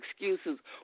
excuses